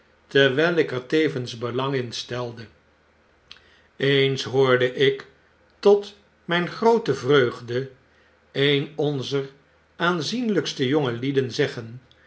terwyl ik er tevens belang in stelde eens hoorde ik tot myn groote vreugde een onzer aanzienlykste jongelieden zeggen